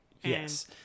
yes